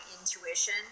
intuition